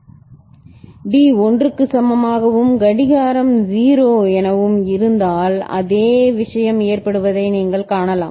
D 1 க்கு சமமாகவும் கடிகாரம் 0 எனவும் இருந்தால் அதே விஷயம் ஏற்படுவதை நீங்கள் காணலாம்